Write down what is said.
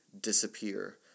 disappear